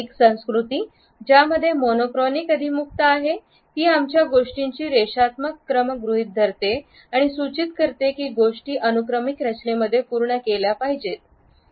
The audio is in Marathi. एक संस्कृती ज्यामध्ये मोनोक्रॉनिक अभिमुखता आहे ती आमच्या गोष्टींची रेषात्मक क्रम गृहित धरते आणि सूचित करते की गोष्टी अनुक्रमिक रचनेमध्ये पूर्ण केल्या पाहिजेत